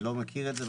אני לא מכיר את זה.